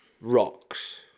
rocks